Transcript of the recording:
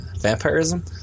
Vampirism